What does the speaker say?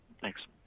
thanks